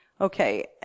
Okay